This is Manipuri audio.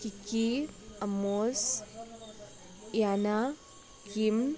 ꯀꯤꯀꯤ ꯑꯥꯃꯣꯁ ꯏꯌꯥꯅꯥ ꯀꯤꯝ